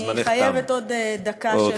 אני חייבת עוד דקה של הפרעות.